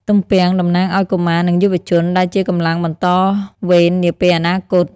ទំពាំងតំណាងឱ្យកុមារ និងយុវជន ដែលជាកម្លាំងបន្តវេននាពេលអនាគត។